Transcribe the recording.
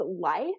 life